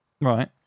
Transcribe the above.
Right